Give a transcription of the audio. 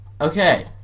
Okay